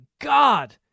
God